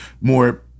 more